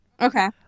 Okay